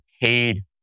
paid